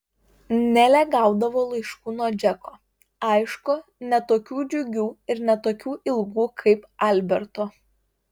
nelė gaudavo laiškų nuo džeko aišku ne tokių džiugių ir ne tokių ilgų kaip alberto